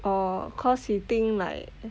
orh because he think like